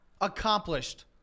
accomplished